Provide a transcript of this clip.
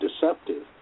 deceptive